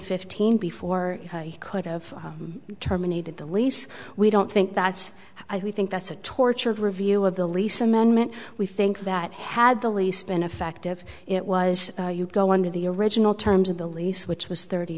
fifteen before he could of terminated the lease we don't think that's i we think that's a tortured review of the lease amendment we think that had the lease been effective it was you go under the original terms of the lease which was thirty